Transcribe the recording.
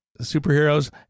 superheroes